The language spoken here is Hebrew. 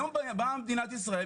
היום באה מדינת ישראל,